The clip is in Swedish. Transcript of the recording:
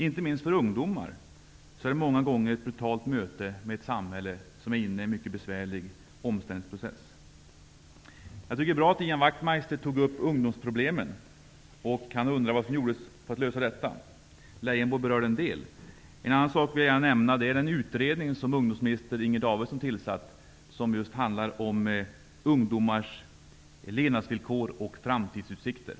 Inte minst för ungdomar är det ett brutalt möte med ett samhälle som genomgår en mycket besvärlig omställningsprocess. Jag tycker att det är bra att Ian Wachtmeister tog upp ungdomsproblemen. Han undrade vad som gjordes för att lösa dem. Leijonborg berörde en del av det. En annan sak som jag gärna vill nämna är den utredning som ungdomsminister Inger Davidson har tillsatt och som handlar just om ungdomars levnadsvillkor och framtidsutsikter.